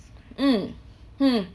mm mm